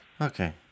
Okay